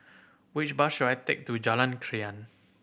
which bus should I take to Jalan Krian